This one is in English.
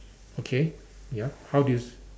okay ya how do you